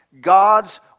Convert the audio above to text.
God's